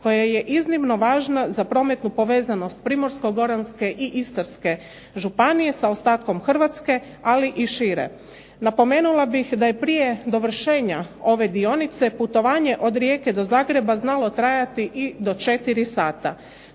koja je iznimno važna za prometnu povezanost Primorsko-goranske i Istarske županije sa ostatkom Hrvatske, ali i šire. Napomenula bih da je prije dovršenja ove dionice, putovanje od Rijeke do Zagreba znalo trajati i do 4 sata.